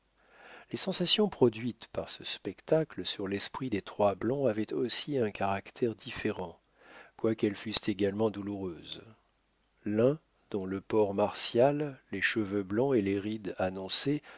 les sensations produites par ce spectacle sur l'esprit des trois blancs avaient aussi un caractère différent quoiqu'elles fussent également douloureuses l'un dont le port martial les cheveux blancs et les rides